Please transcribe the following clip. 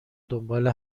دنبال